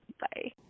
Bye